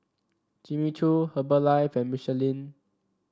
Jimmy Choo Herbalife and Michelin